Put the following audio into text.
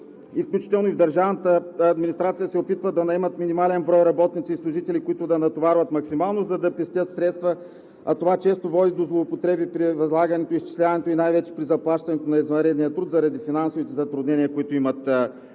сектор и в държавната администрация се опитват да наемат минимален брой работници и служители, които да натоварват максимално, за да пестят средства, а това често води до злоупотреби при възлагането, изчисляването и най-вече при заплащането на извънредния труд заради финансовите затруднения, които имат тези